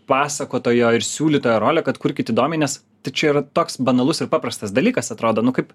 pasakotojo ir siūlytą jo rolė kad kurkit įdomiai nes tai čia yra toks banalus ir paprastas dalykas atrodo nu kaip